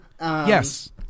Yes